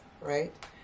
right